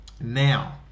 Now